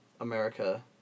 America